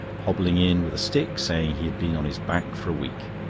hobbling in with a stick, saying he had been on his back for a week.